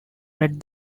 read